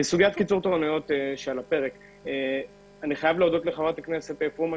לסוגיית קיצור התורנויות: אני חייב להודות לחברת הכנסת פרומן